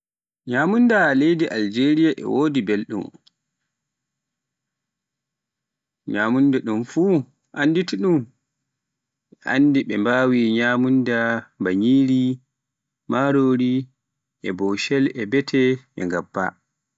nyamunda Ajeriya e wodi belɗum, nyamdum dun fuu annditai ɓe mbawi, nyamunda ba nyiri, marori e boshel e bete, e ngabba.